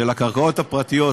של הקרקעות הפרטיות,